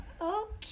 Okay